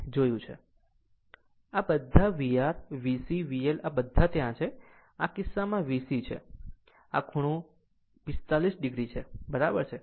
આ બધા VR VC VL બધા ત્યાં છે આમ આ કિસ્સામાં VCછે આ ખૂણો આ ખૂણો 45 o બરાબર છે